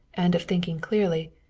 and of thinking clearly,